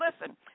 listen